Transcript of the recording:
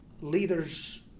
leaders